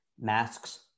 Masks